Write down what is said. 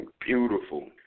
Beautiful